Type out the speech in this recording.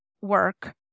work